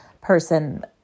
person